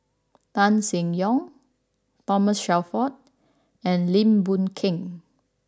Tan Seng Yong Thomas Shelford and Lim Boon Keng